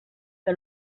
que